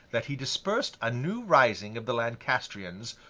that he dispersed a new rising of the lancastrians,